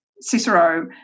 Cicero